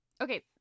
Okay